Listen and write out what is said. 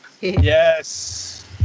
Yes